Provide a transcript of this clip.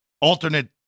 Alternate